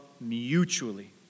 mutually